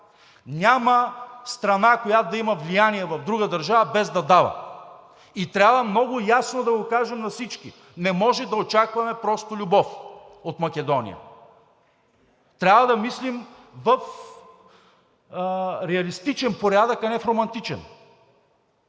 Няма страна, която да има влияние в друга държава, без да дава! И трябва много ясно да го кажем на всички: „Не може да очакваме просто любов от Македония!“ Трябва да мислим в реалистичен порядък, а не в романтичен.